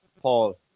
Paul